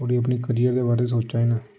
थोह्ड़े अपने करियर दे बारै सोचा दे न